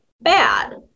bad